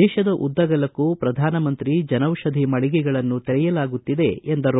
ದೇಶದ ಉದ್ದಗಲಕ್ಕೂ ಪ್ರಧಾನಮಂತ್ರಿ ಜನೌಷಧಿ ಮಳಿಗೆಗಳನ್ನು ತೆರೆಯಲಾಗುತ್ತಿದೆ ಎಂದರು